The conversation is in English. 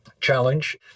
challenge